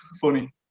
funny